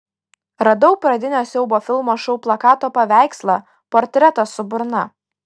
radau pradinio siaubo filmo šou plakato paveikslą portretą su burna